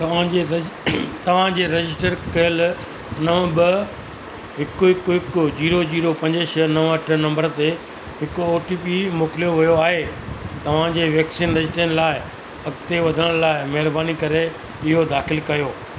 तव्हांजे रज तव्हांजे रजिस्टर कयल नव ॿ हिकु हिकु हिकु जीरो जीरो पंज छह नव अठ नंबर ते हिकु ओटीपी मोकिलियो वियो आहे तव्हांजे वैक्सीन रजिस्ट्रेशन लाइ अॻिते वधण लाइ महिरबानी करे इहो दाख़िलु कयो